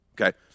okay